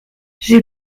j’ai